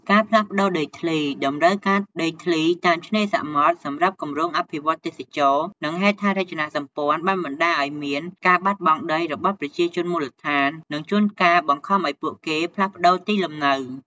ការផ្លាស់ប្តូរដីធ្លី តម្រូវការដីធ្លីតាមឆ្នេរសមុទ្រសម្រាប់គម្រោងអភិវឌ្ឍន៍ទេសចរណ៍ និងហេដ្ឋារចនាសម្ព័ន្ធ បានបណ្តាលឱ្យមាន ការបាត់បង់ដី របស់ប្រជាជនមូលដ្ឋាន និងជួនកាលបង្ខំឱ្យពួកគេផ្លាស់ប្តូរទីលំនៅ។